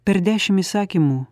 per dešim įsakymų